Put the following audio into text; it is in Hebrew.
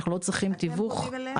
אנחנו פונים אליהם,